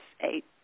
eight